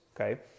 okay